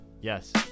yes